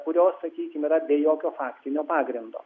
kurios sakykim yra be jokio faktinio pagrindo